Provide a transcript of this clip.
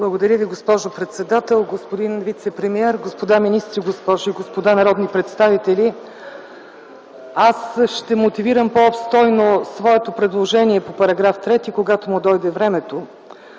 Благодаря, госпожо председател. Господин вицепремиер, господа министри, госпожи и господа народни представители! Аз ще мотивирам по-обстойно своето предложение по § 3, когато му дойде времето,